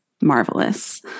marvelous